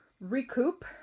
recoup